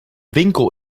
winkel